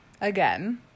again